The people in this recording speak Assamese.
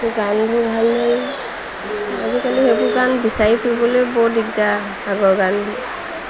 গানবোৰ ভাল লাগে আজিকালি সেইবোৰ গান বিচাৰি ফুৰিবলৈ বৰ দিগদাৰ আগৰ গানবোৰ